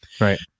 Right